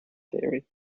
theory